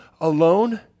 alone